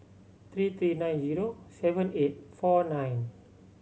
three three nine zero seven eight four nine